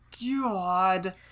God